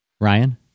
Ryan